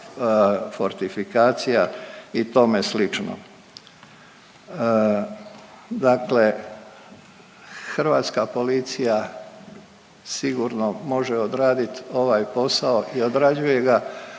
Hrvatska policija sigurno može odraditi ovaj posao i odrađuje ga.